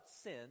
sin